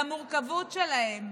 למורכבות שלהם.